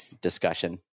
discussion